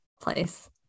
place